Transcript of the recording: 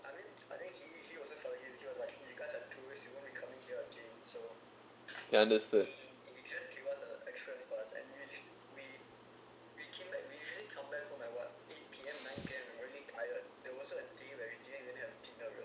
ya understood